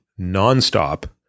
nonstop